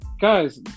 guys